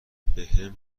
بهم